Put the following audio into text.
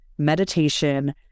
meditation